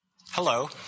Hello